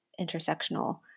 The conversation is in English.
intersectional